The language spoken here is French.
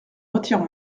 retire